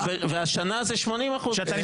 יש לשים לב איך זה בנוי עד